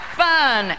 fun